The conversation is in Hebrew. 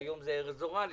היום זה ארז אורעד,